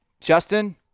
Justin